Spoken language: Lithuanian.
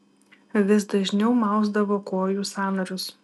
vis dažniau mausdavo kojų sąnarius